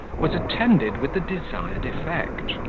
was attended with the desired effect.